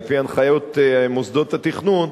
על-פי הנחיות מוסדות התכנון,